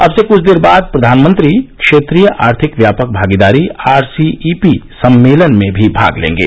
अब से कुछ देर बाद प्रधानमंत्री क्षेत्रीय आर्थिक व्यापक भागीदारी आरसीईपी सम्मेलन में भी भाग लेंगे